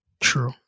true